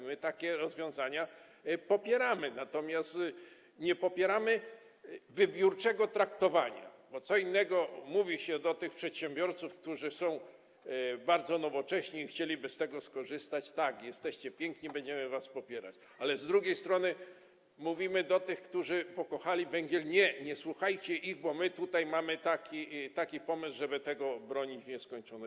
My takie rozwiązania popieramy, natomiast nie popieramy wybiórczego traktowania, bo co innego mówi się do tych przedsiębiorców, którzy są bardzo nowocześni i chcieliby z tego skorzystać: tak, jesteście piękni, będziemy was popierać, a co innego mówi się do tych, którzy pokochali węgiel: nie, nie słuchajcie ich, bo my mamy tutaj taki pomysł, żeby tego bronić w nieskończoność.